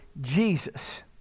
Jesus